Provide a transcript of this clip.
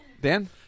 Dan